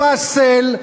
ייפסל.